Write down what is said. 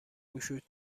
گشود